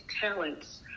talents